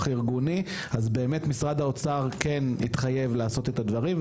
ארגוני משרד האוצר כן התחייב לעשות את הדברים,